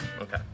Okay